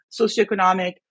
socioeconomic